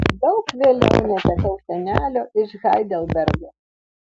daug vėliau netekau senelio iš heidelbergo